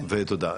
תודה.